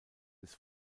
des